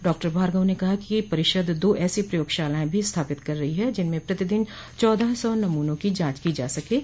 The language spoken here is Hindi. डॉक्टर भार्गव ने कहा कि परिषद दो ऐसी प्रयोगशालाएं भी स्थापित कर रही है जिनमें प्रतिदिन चौदह सौ नमूनों की जांच की जा सकेगी